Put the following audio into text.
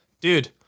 dude